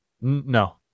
no